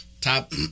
top